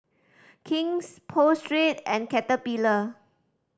King's Pho Street and Caterpillar